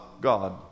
God